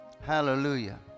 Hallelujah